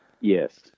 Yes